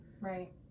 right